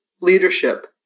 leadership